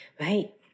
Right